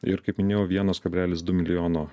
ir kaip minėjau vienas kablelis du milijono